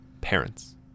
Parents